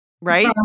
right